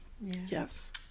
yes